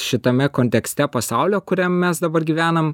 šitame kontekste pasaulio kuriam mes dabar gyvenam